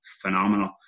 phenomenal